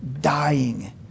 dying